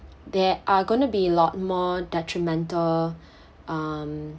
there are gonna be a lot more detrimental um